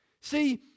See